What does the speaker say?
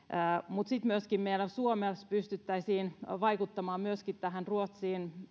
mutta sitten myöskin meillä suomessa pystyttäisiin vaikuttamaan tähän ruotsin